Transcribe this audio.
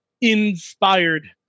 inspired